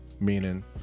meaning